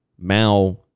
Mao